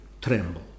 tremble